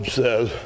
says